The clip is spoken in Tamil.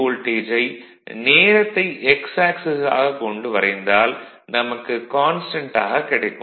வோல்டேஜை நேரத்தை எக்ஸ் ஆக்சிஸ் ஆகக் கொண்டு வரைந்தால் நமக்கு கான்ஸ்டன்ட் ஆகக் கிடைக்கும்